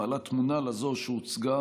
המעלה תמונה דומה לזו שהוצגה,